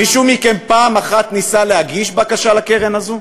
מישהו מכם פעם אחת ניסה להגיש בקשה לקרן הזו?